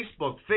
Facebook